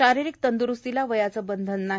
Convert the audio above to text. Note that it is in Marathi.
शारीरिक तंद्रूस्तीला वयाचं बंधन नाही